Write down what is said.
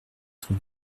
son